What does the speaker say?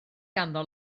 ganddo